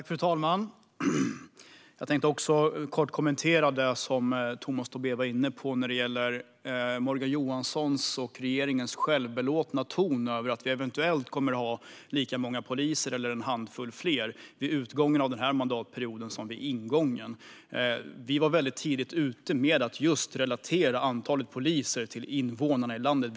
Fru talman! Jag tänkte kort kommentera det Tomas Tobé var inne på när det gäller Morgan Johanssons och regeringens självbelåtna ton över att vi vid utgången av denna mandatperiod eventuellt kommer att ha lika många poliser som vi hade vid ingången, eller en handfull fler. Vi var tidigt ute med att relatera antalet poliser till antalet invånare i landet.